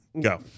Go